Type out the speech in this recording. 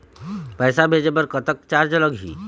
पैसा भेजे बर कतक चार्ज लगही?